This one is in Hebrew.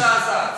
ומזעזעת.